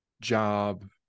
job